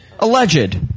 Alleged